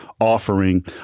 offering